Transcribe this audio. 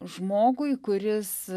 žmogui kuris